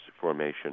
formation